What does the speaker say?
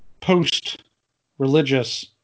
post-religious